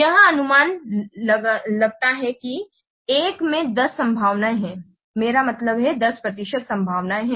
यह अनुमान लगाता है कि 1 में 10 संभावनाएं हैं मेरा मतलब है कि 10 प्रतिशत संभावनाएं हैं